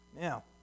Now